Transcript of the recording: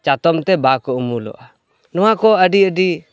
ᱪᱟᱛᱚᱢᱛᱮ ᱵᱟᱠᱚ ᱩᱢᱩᱞᱚᱼᱟ ᱱᱚᱣᱟᱠᱚ ᱟᱹᱰᱤ ᱟᱹᱰᱤ